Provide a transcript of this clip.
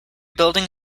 building